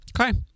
Okay